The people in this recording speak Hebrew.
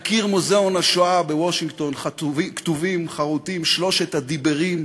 על קיר מוזיאון השואה בוושינגטון כתובים-חרותים שלושת הדיברות